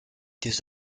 des